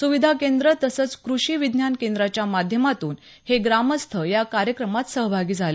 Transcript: सुविधा केंद्र तसंच कृषी विज्ञान केंद्राच्या माध्यमातून हे ग्रामस्थ या कार्यक्रमात सहभागी झाले